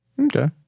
Okay